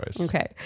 Okay